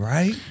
Right